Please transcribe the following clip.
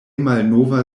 malnova